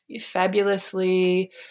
fabulously